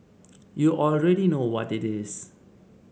you already know what it is